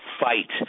fight